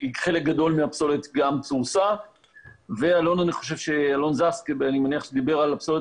חלק גדול מהפסולת גם ---- ואלון זס"ק דיבר על הפסולת